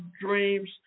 dreams